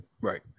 right